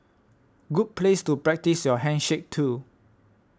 good place to practise your handshake too